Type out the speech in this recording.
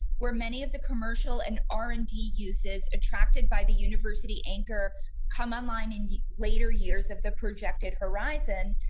where many of the commercial and r, and d uses attracted by the university anchor come online in later years of the projected horizon.